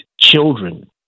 children